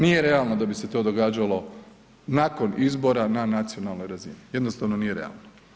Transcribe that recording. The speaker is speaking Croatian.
Nije realno da bi se to događalo nakon izbora na nacionalnoj razini, jednostavno nije realno.